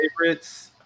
Favorites